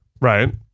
Right